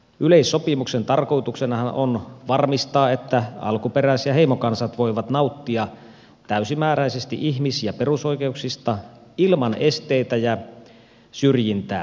yleissopimuksen tarkoituksenahan on varmistaa että alkuperäis ja heimokansat voivat nauttia täysimääräisesti ihmis ja perusoikeuksista ilman esteitä ja syrjintää